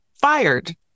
fired